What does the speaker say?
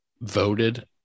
voted